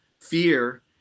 fear